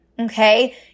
okay